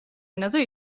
ენაზე